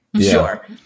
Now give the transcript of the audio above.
Sure